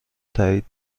تایید